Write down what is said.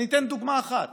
ואני אתן דוגמה אחת: